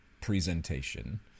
presentation